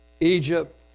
Egypt